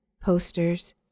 posters